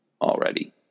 already